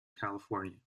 california